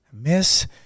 Miss